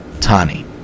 Tani